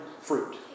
fruit